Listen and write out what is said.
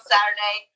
Saturday